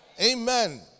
Amen